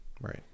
Right